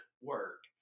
work